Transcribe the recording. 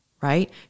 right